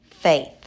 Faith